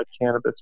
cannabis